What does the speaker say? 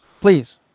Please